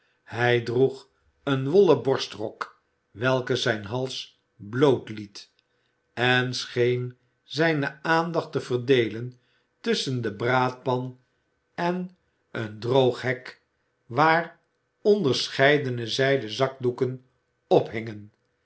hij droeg een wollen borstrok welke zijn hals bloot liet en scheen zijne aandacht te verdeden tusschen de braadpan en een drooghek waar onderscheidene zijden zakdoeken ophingen